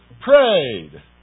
prayed